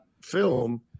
film